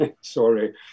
sorry